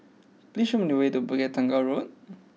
please show me the way to Bukit Tunggal Road